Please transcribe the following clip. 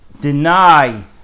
deny